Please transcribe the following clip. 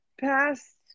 past